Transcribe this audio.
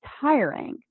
tiring